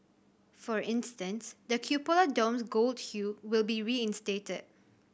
for instance the cupola dome's gold hue will be reinstated